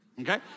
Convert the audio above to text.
okay